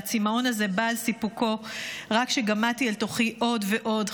והצימאון הזה בא על סיפוקו רק כשגמעתי אל תוכי עוד ועוד,